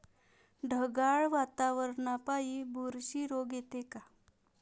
ढगाळ वातावरनापाई बुरशी रोग येते का?